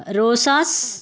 రోషాస్